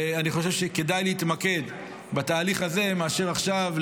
אני חושב שכדאי להתמקד בתהליך הזה מאשר עכשיו,